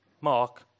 Mark